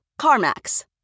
CarMax